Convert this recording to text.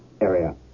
area